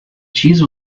cheese